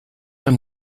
from